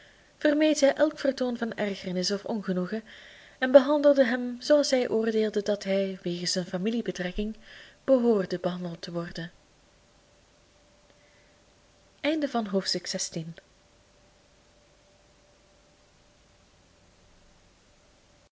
vermeed zij elk vertoon van ergernis of ongenoegen en behandelde hem zooals zij oordeelde dat hij wegens hun familiebetrekking behoorde behandeld te worden hoofdstuk